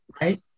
Right